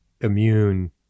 immune